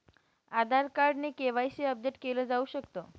आधार card ने KYC update केल जाऊ शकत